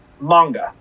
manga